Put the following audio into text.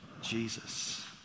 Jesus